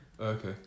Okay